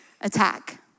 attack